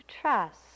trust